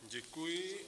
Děkuji.